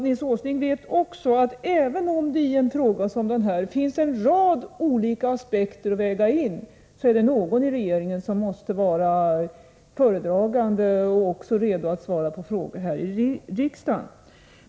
Nils Åsling vet också att även om det i en fråga som den här finns en rad olika aspekter att väga in, så är det någon i regeringen som måste vara föredragande och också vara redo att svara på frågor här i riksdagen.